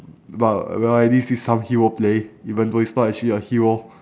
but well I did see some hero play even though it's not actually a hero